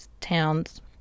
towns